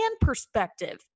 perspective